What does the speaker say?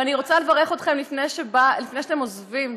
ואני רוצה לברך אתכם לפני שאתם עוזבים.